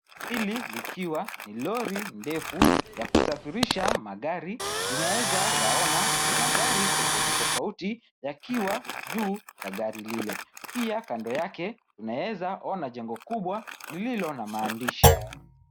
Hili likiwa ni lori ndefu ya kusafirisha magari tanawezayaona magari tofauti tofauti yakiwa juu ya gari lile. pia kando yake tunaeza ona jengo kubwa lililonamaandishi.